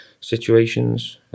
situations